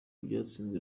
byatsinzwe